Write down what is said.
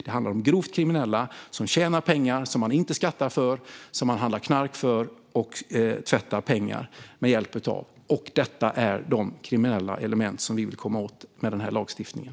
Det handlar om grovt kriminella som tjänar pengar som de inte skattar för, som de handlar knark för och som de tvättar. Det är de kriminella elementen vi vill komma åt med den här lagstiftningen.